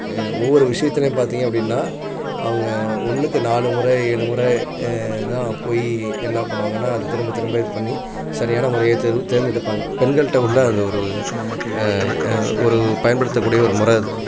ஒவ்வொரு விஷயத்திலயும் பார்த்திங்க அப்படின்னா அவங்க ஒன்றுக்கு நாலு முறை ஏழு முறை தான் போய் என்ன பண்ணுவாங்கன்னால் அதை திரும்ப திரும்ப இது பண்ணி சரியான முறையை தேர்வு தேர்ந்தெடுப்பாங்கள் பெண்கள்கிட்ட உள்ள அந்த ஒரு ஒரு பயன்படுத்தக்கூடிய ஒரு முறை அது